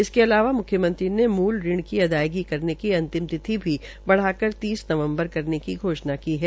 इसके अलावा मुख्यमंत्री ने मूल ऋण की अदायगी करने की अंतिम तिथि बढ़ाकर तीस नवम्बर करने की घोषणा की है